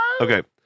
okay